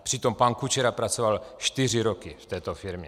Přitom pan Kučera pracoval čtyři roky v této firmě.